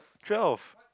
twelve